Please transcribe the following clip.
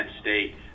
State